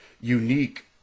unique